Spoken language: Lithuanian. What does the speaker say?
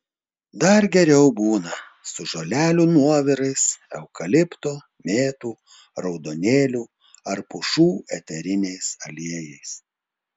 dar geriau būna su žolelių nuovirais eukalipto mėtų raudonėlių ar pušų eteriniais aliejais